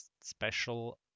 special